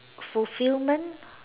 fulfilment